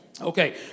Okay